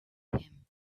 him